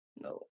No